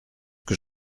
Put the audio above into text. que